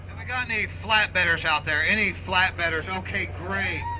we got any flatbedders out there? any flatbedders? ok great.